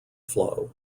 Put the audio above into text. flow